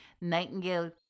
Nightingale